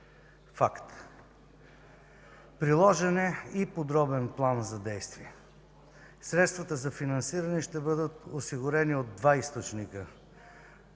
факт. Приложен е и подробен план за действие. Средствата за финансиране ще бъдат осигурени от два източника: